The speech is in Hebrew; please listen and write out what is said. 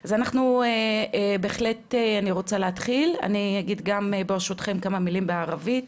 אז אני מתחילה בידיעה פורמלית,